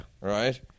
Right